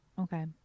Okay